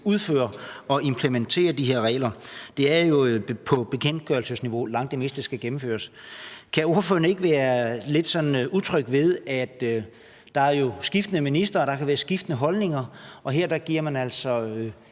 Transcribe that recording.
udføre og implementere de her regler. Det er jo på bekendtgørelsesniveau, langt det meste skal gennemføres. Kan ordføreren ikke være sådan lidt utryg ved, at der jo er skiftende ministre, og at der kan være skiftende holdninger? Her giver man altså